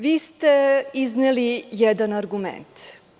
Vi ste izneli jedan argument.